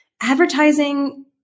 advertising